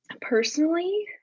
personally